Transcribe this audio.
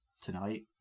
tonight